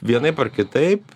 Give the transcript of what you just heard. vienaip ar kitaip